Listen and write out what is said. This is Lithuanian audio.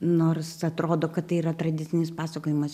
nors atrodo kad tai yra tradicinis pasakojimas